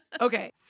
Okay